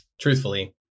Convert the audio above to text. Truthfully